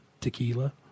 tequila